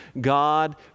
God